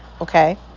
okay